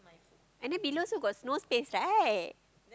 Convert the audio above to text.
and then below still got no space right